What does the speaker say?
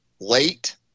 late